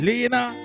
Lena